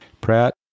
Pratt